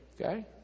Okay